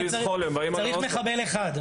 צריך מחבל אחד,